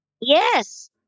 Yes